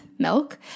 Milk